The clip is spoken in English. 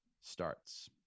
starts